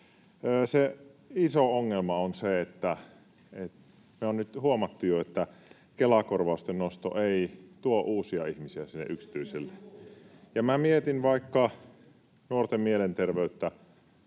Se iso ongelma on se, mikä me ollaan nyt jo huomattu, että Kela-korvausten nosto ei tuo uusia ihmisiä sinne yksityiselle. [Ben Zyskowicz: Siksi systeemejä